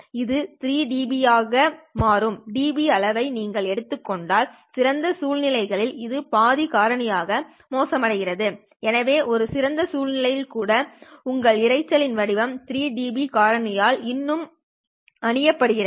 இது 3dB ஆக மாறும் dB அளவை நீங்கள் எடுத்துக் கொண்டால் சிறந்த சூழ்நிலைகளில் இது பாதி காரணி ஆக மோசமடைகிறது எனவே ஒரு சிறந்த சூழ்நிலையில் கூட உங்கள் இரைச்சலின் வடிவம் 3dB காரணியால் இன்னும் அணியப்படுகிறது